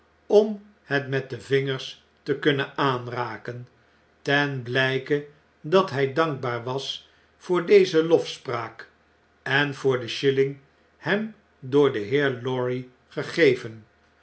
om het met de vingers te kunnen aanraken ten bljke dat h j dankbaar was voor deze lofspraak en voor de shilling hem door den heer lorry gegeven